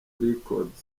records